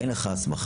אין לך הסמכה,